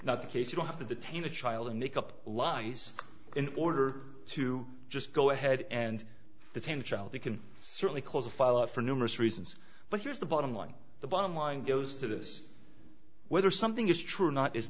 not the case you don't have to detain a child and make up lies in order to just go ahead and the ten child they can certainly cause a fall out for numerous reasons but here's the bottom line the bottom line goes to this whether something is true or not is